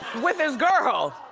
with his girl.